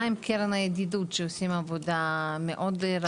מה עם קרן הידידות שעושים עבודה מאוד רחבה.